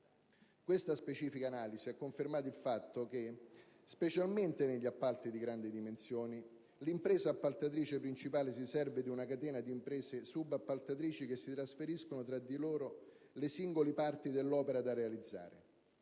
Questa specifica analisi ha confermato il fatto che, specialmente negli appalti di grandi dimensioni, l'impresa appaltatrice principale si serve di una catena di imprese subappaltatrici che si trasferiscono tra di loro le singole parti dell'opera da realizzare.